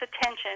attention